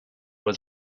was